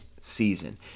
season